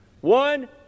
One